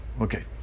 Okay